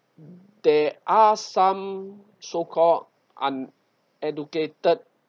there are some so called uneducated